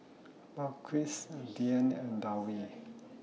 Balqis Dian and Dewi